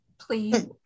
Please